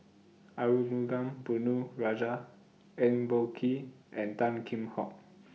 Arumugam Ponnu Rajah Eng Boh Kee and Tan Kheam Hock